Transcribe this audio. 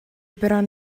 bron